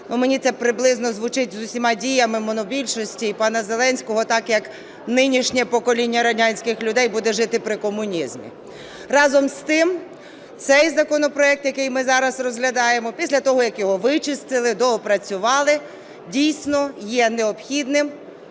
Мені це приблизно звучить з усіма діями монобільшості і пана Зеленського так, як "нинішнє покоління радянських людей буде жити при комунізмі". Разом з тим, цей законопроект, який ми зараз розглядаємо після того, як його вичистили, доопрацювали, дійсно, є необхідним.